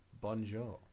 Bonjour